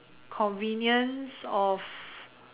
convenience of